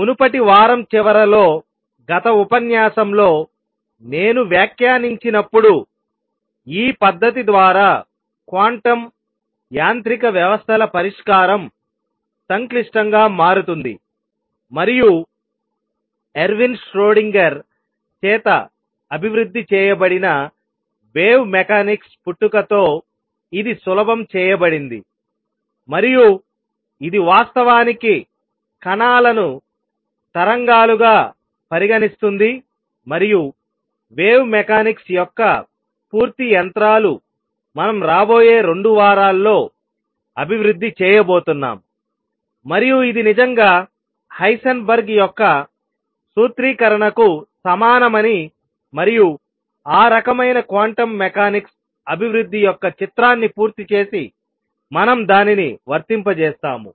మునుపటి వారం చివరలో గత ఉపన్యాసంలో నేను వ్యాఖ్యానించినప్పుడు ఈ పద్ధతి ద్వారా క్వాంటం యాంత్రిక వ్యవస్థల పరిష్కారం సంక్లిష్టంగా మారుతుంది మరియు ఎర్విన్ ష్రోడింగర్ చేత అభివృద్ధి చేయబడిన వేవ్ మెకానిక్స్ పుట్టుకతో ఇది సులభం చేయబడింది మరియు ఇది వాస్తవానికి కణాలను తరంగాలుగా పరిగణిస్తుంది మరియు వేవ్ మెకానిక్స్ యొక్క పూర్తి యంత్రాలు మనం రాబోయే 2 వారాల్లో అభివృద్ధి చేయబోతున్నాం మరియు ఇది నిజంగా హైసెన్బర్గ్ యొక్క సూత్రీకరణకు సమానమని మరియు ఆ రకమైన క్వాంటం మెకానిక్స్ అభివృద్ధి యొక్క చిత్రాన్ని పూర్తి చేసి మనం దానిని వర్తింపజేస్తాము